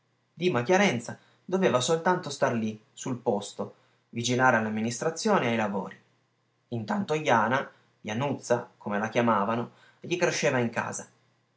dima chiarenza doveva soltanto star lì sul posto vigilare all'amministrazione e ai lavori intanto jana januzza come la chiamavano gli cresceva in casa